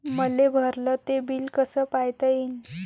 मले भरल ते बिल कस पायता येईन?